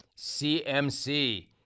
CMC